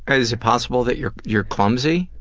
and is it possible that you're you're clumsy?